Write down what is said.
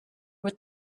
with